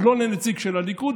אבל לא לנציג של הליכוד,